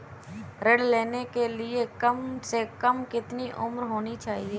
ऋण लेने के लिए कम से कम कितनी उम्र होनी चाहिए?